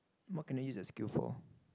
what can I use that skill for